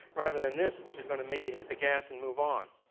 rather than this which is gonna make you hit the gas and move on.